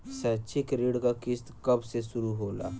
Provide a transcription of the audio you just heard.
शैक्षिक ऋण क किस्त कब से शुरू होला?